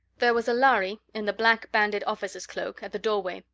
there was lhari, in the black-banded officer's cloak, at the doorway.